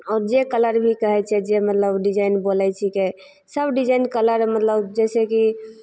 अब जे कलर भी कहै छिए जे मतलब डिजाइन बोलै छिकै सब डिजाइन कलर मतलब जइसेकि